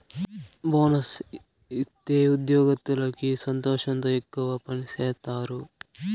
bonus ఇత్తే ఉద్యోగత్తులకి సంతోషంతో ఎక్కువ పని సేత్తారు